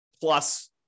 plus